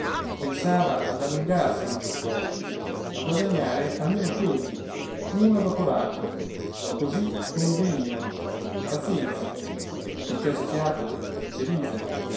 pensava ad allungarseli piuttosto a guadagnare almeno quelli uno dopo l'altro così come venivano pazienza finché c'è fiato c'è vita